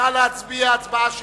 נא להצביע הצבעה אישית.